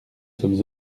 sommes